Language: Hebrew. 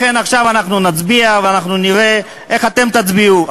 לכן עכשיו אנחנו נצביע ואנחנו נראה איך אתם תצביעו,